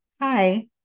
Hi